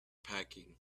packing